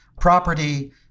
property